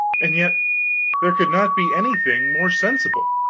and yet there could not be anything more sensible.